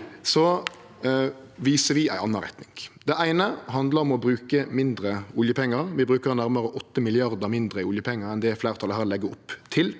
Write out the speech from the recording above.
– viser vi ei anna retning. Det eine handlar om å bruke mindre oljepengar. Vi brukar nærmare 8 mrd. kr mindre i oljepengar enn det fleirtalet her legg opp til.